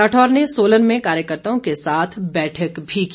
राठौर ने सोलन में कार्यकर्ताओं के साथ बैठक भी की